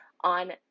on